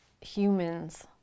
humans